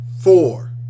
four